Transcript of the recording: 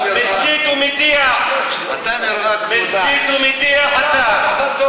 מסית ומדיח, מסית ומדיח אתה.